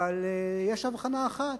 אבל יש הבחנה אחת,